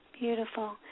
beautiful